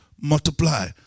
multiply